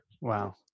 Wow